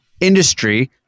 industry